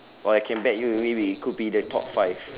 or I can bet you it may be it could be the top five